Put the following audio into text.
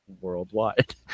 worldwide